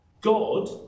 God